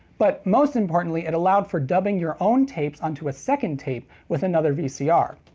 but most importantly it allowed for dubbing your own tapes onto a second tape with another vcr.